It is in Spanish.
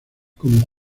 como